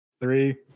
three